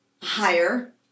higher